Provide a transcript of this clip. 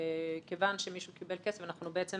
כיוון שמישהו קיבל כסף, אנחנו בעצם